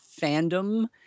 fandom